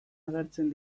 agertzen